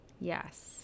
Yes